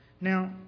Now